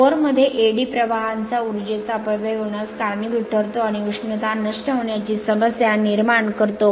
core मध्ये eddy प्रवाहांचा उर्जेचा अपव्यय होण्यास कारणीभूत ठरतो आणि उष्णता नष्ट होण्याची समस्या निर्माण करतो